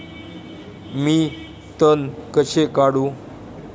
मी तण कसे काढू?